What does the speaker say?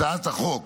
הצעת החוק